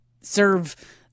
serve